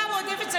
עבודה מועדפת,